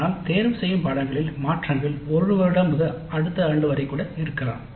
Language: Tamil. ஆனால் தேர்ந்தெடுக்கப்பட்ட பாடநெறிகளில் மாற்றங்கள் ஒரு வருடம் முதல் அடுத்த ஆண்டு வரை கூட ஏற்படலாம்